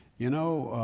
you know,